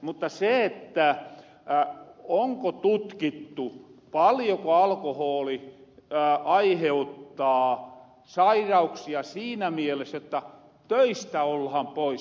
mutta onko tutkittu paljoko alkohooli aiheuttaa sairauksia siinä mieles jotta töistä ollahan pois